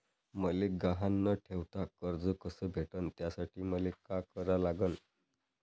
मले गहान न ठेवता कर्ज कस भेटन त्यासाठी मले का करा लागन?